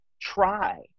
try